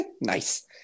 Nice